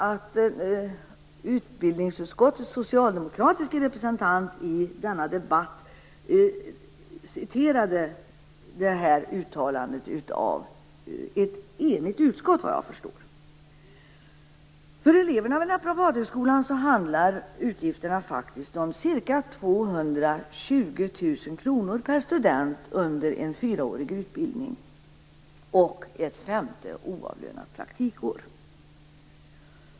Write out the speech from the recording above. Utbildningsutskottets socialdemokratiske representant citerade i debatten detta uttalande av ett - vad jag förstår - enigt utskott. För eleverna vid Naprapathögskolan handlar utgifterna om ca 220 000 kr per student under en fyraårig utbildning och ett femte oavlönat praktikår.